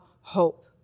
hope